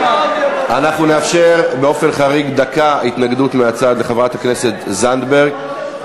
אנחנו נאפשר באופן חריג דקה התנגדות מהצד לחברת הכנסת זנדברג.